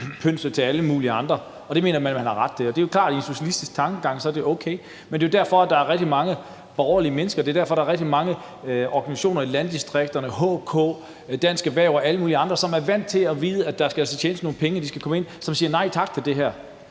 mulige andre, og det mener man man har ret til. Det er jo klart, at i en socialistisk tankegang er det okay. Men det er derfor, der er rigtig mange borgerlige mennesker, og det er derfor, der er rigtig mange organisationer i landdistrikterne, HK, Dansk Erhverv og alle mulige andre, som ved, at der altså skal tjenes nogle penge, som siger nej tak til det her.